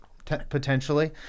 potentially